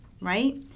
right